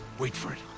wait for it!